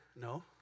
No